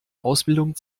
ausbildung